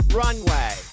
runway